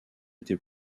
était